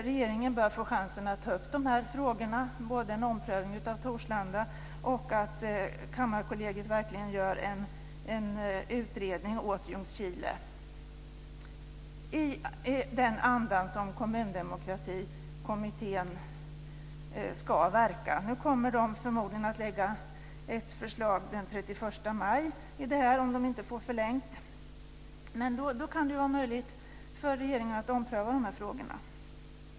Regeringen bör få chansen att ta upp de här frågorna - både en omprövning av Torslandafrågan och att Kammarkollegiet verkligen gör en utredning åt Ljungskile i den anda som Kommundemokratikommittén ska verka. Nu kommer de att lägga fram ett förslag den 31 maj, om de inte får tiden förlängd. Då kan det vara möjligt för regeringen att ompröva de här frågorna.